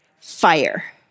Fire